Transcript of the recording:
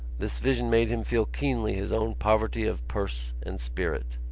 this vision made him feel keenly his own poverty of purse and spirit.